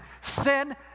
Sin